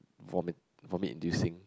vomit vomit inducing